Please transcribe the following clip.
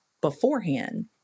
beforehand